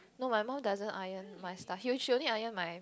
no my mum doesn't iron my stuff she she only iron my